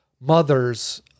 mothers